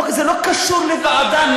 זה לא קשור לוועדה.